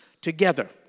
together